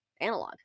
analog